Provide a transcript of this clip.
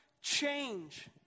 change